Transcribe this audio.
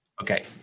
Okay